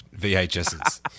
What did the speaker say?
VHSs